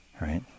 right